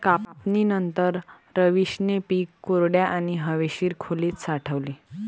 कापणीनंतर, रवीशने पीक कोरड्या आणि हवेशीर खोलीत साठवले